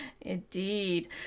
Indeed